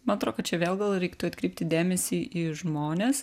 man atrodo kad čia vėl gal reiktų atkreipti dėmesį į žmones